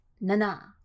Nana